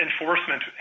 enforcement